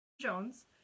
Jones